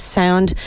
sound